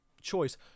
choice